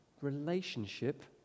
relationship